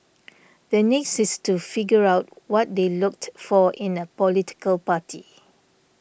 the next is to figure out what they looked for in a political party